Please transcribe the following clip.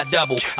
Double